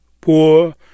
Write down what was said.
Poor